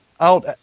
out –